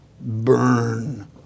burn